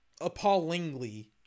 Appallingly